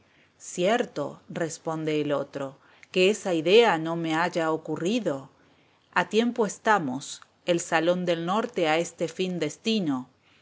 cierto responde el otro que esa idea no me haya ocurrido a tiempo estamos el salón del norte a este fin destino